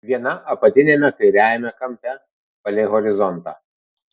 viena apatiniame kairiajame kampe palei horizontą